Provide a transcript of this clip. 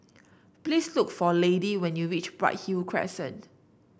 please look for Lady when you reach Bright Hill Crescent